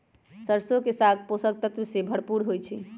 सरसों के साग पोषक तत्वों से भरपूर होई छई